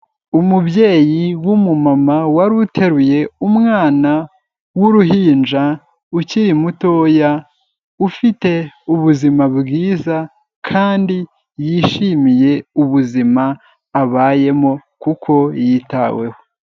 Umubyeyi w'umu mama wari uteruye umwana w'uruhinja ukiri mutoya ufite ubuzima bwiza kandi yishimiye ubuzima abayemo kuko yitaweho.